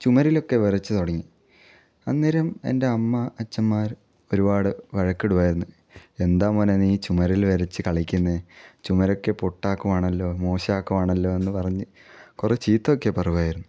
ചുമരിലൊക്കെ വരച്ചു തുടങ്ങി